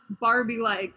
Barbie-like